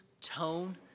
tone